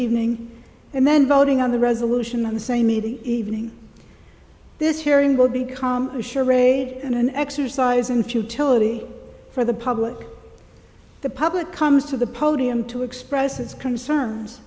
evening and then voting on the resolution on the same evening this hearing will become a charade and an exercise in futility for the public the public comes to the podium to express its concerns